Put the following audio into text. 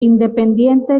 independiente